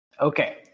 Okay